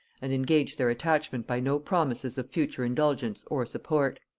and engaged their attachment by no promises of future indulgence or support.